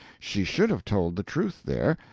she should have told the truth there,